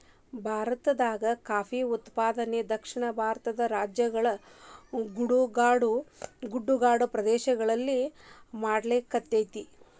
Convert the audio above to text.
ಭಾರತದಾಗ ಕಾಫಿ ಉತ್ಪಾದನೆಯನ್ನ ದಕ್ಷಿಣ ಭಾರತದ ರಾಜ್ಯಗಳ ಗುಡ್ಡಗಾಡು ಪ್ರದೇಶಗಳಲ್ಲಿ ಮಾಡ್ಲಾಗತೇತಿ